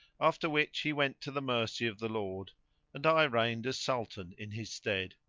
after which he went to the mercy of the lord and i reigned as sultan in his stead.